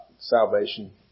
Salvation